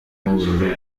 n’ubururu